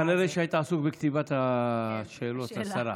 כנראה שהיית עסוק בכתיבת השאלות לשרה.